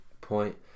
point